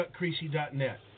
chuckcreasy.net